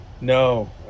no